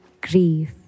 grief